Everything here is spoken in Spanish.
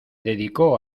dedicó